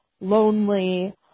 lonely